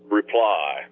reply